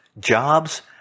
jobs